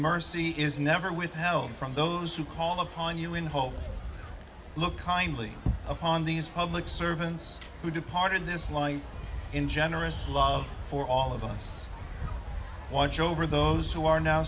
mercy is never withheld from those who call upon you in hope look kindly upon these public servants who departed this life in generous love for all of us watch over those who are now